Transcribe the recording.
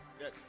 Yes